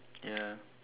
ya